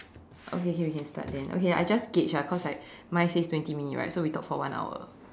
okay okay we can start then okay I just gauge ah cause like mine says twenty minute right so we talk for one hour